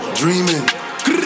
dreaming